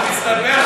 תודה.